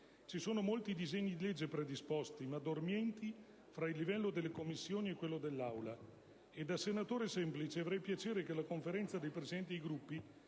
Ci sono molti disegni di legge predisposti, ma dormienti fra il livello delle Commissioni e quello dell'Aula. Da senatore semplice, avrei piacere che la Conferenza dei Presidenti dei Gruppi